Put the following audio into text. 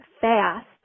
fast